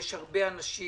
יש הרבה אנשים,